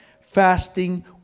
fasting